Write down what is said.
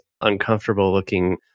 uncomfortable-looking